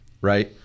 right